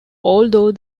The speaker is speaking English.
although